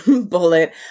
bullet